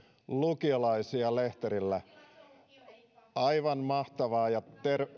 lukiolaisia aivan mahtavaa ja